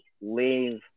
leave